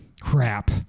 Crap